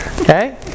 Okay